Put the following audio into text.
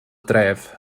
dref